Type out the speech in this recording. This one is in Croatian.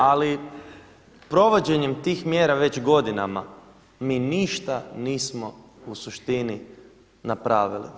Ali provođenjem tih mjera već godinama mi ništa nismo u suštini napravili.